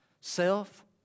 Self